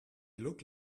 look